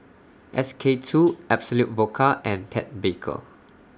S K two Absolut Vodka and Ted Baker